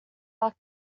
luck